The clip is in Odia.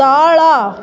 ତଳ